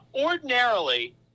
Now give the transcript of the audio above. ordinarily